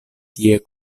tie